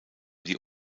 die